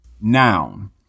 noun